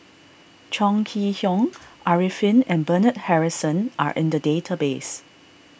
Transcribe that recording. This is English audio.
Chong Kee Hiong Arifin and Bernard Harrison are in the database